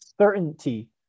certainty